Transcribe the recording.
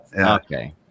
Okay